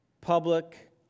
public